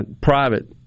private